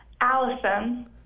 Allison